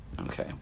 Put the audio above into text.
Okay